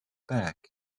back